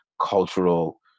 cultural